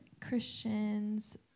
Christians